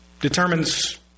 determines